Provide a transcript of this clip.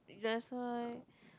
that's why